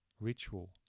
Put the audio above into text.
ritual